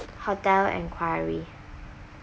hotel inquiry